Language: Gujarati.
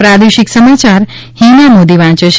પ્રાદેશિક સમાચાર હીના મોદી વાંચે છે